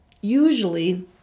usually